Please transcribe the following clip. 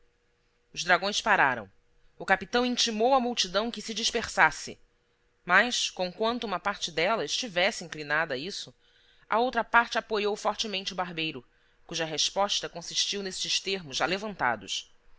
os dragões pararam o capitão intimou à multidão que se dispersasse mas conquanto uma parte dela estivesse inclinada a isso a outra parte apoiou fortemente o barbeiro cuja resposta consistiu nestes termos alevantados